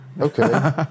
Okay